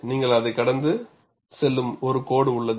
நீங்கள் அதைக் கடந்து செல்லும் ஒரு கோடு உள்ளது